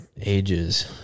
ages